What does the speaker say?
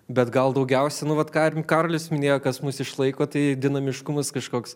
bet gal daugiausia nu vat ką ir karolis minėjo kas mus išlaiko tai dinamiškumas kažkoks